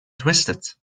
twisted